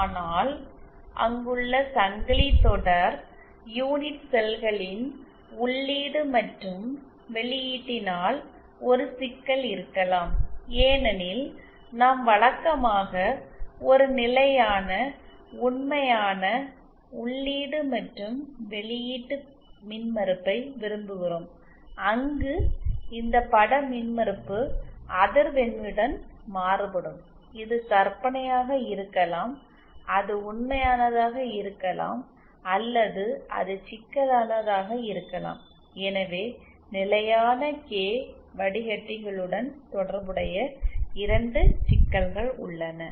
ஆனால் அங்குள்ள சங்கிலித்தொடர் யூனிட் செல்களின் உள்ளீடு மற்றும் வெளியீட்டினால் ஒரு சிக்கல் இருக்கலாம் ஏனெனில் நாம் வழக்கமாக ஒரு நிலையான உண்மையான உள்ளீடு மற்றும் வெளியீட்டு மின்மறுப்பை விரும்புகிறோம் அங்கு இந்த பட மின்மறுப்பு அதிர்வெண்ணுடன் மாறுபடும் இது கற்பனையாக இருக்கலாம் அது உண்மையானதாக இருக்கலாம் அல்லது அது சிக்கலானதாக இருக்கலாம் எனவே நிலையான கே வடிக்கட்டிகளுடன் தொடர்புடைய இரண்டு சிக்கல்கள் உள்ளன